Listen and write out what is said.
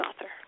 author